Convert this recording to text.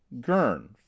Gurn